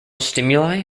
stimuli